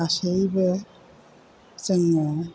गासैबो जोङो